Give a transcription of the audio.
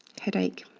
headache,